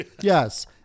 Yes